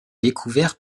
découvert